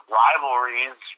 rivalries